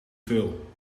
veel